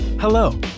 Hello